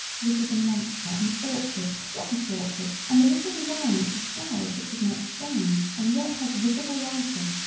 this is a monster and awkward quite awkward and the little design which is flowered which is not strange and yet has visible writing,